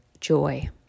joy